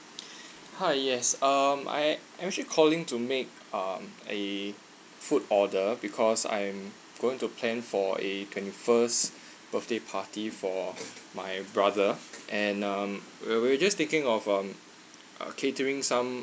hi yes um I I'm actually calling to make a food order because I'm going to plan for a twenty first birthday party for my brother and um where we will just taking off um uh catering some